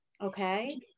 okay